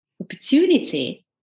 opportunity